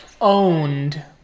owned